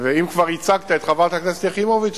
ואם כבר ייצגת את חברת הכנסת יחימוביץ,